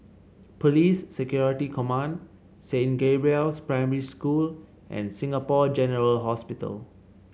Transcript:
Police Security Command Saint Gabriel's Primary School and Singapore General Hospital